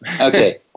Okay